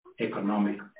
economic